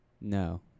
No